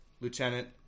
Lieutenant